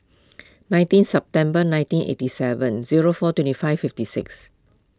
nineteen September nineteen eighty seven zero four twenty five fifty six